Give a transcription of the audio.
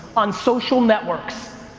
on social networks.